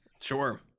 sure